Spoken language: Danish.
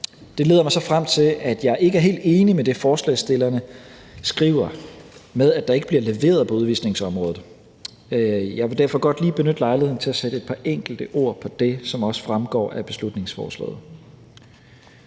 Det leder mig så frem til, at jeg ikke er helt enig i det, forslagsstillerne skriver, med, at der ikke bliver leveret på udvisningsområdet. Jeg vil derfor godt lige benytte lejligheden til at sætte et par enkelte ord på det, som også fremgår af beslutningsforslaget.